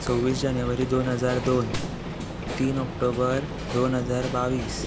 सव्वीस जानेवारी दोन हजार दोन तीन ऑक्टोबर दोन हजार बावीस